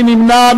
מי נמנע?